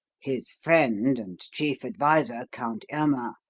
his friend and chief adviser, count irma,